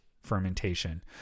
fermentation